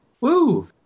Woo